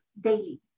daily